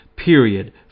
Period